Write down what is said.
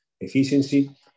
efficiency